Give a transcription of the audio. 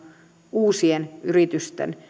uusien yritysten